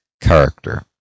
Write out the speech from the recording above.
character